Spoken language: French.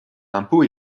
l’impôt